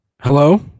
Hello